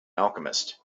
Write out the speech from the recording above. alchemist